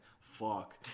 fuck